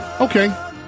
Okay